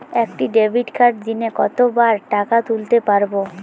একটি ডেবিটকার্ড দিনে কতবার টাকা তুলতে পারব?